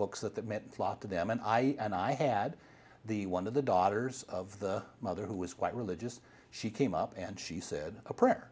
books that that meant a lot to them and i and i had the one of the daughters of the mother who was quite religious she came up and she said a prayer